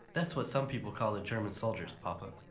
that's what some people call the german soldiers, papa.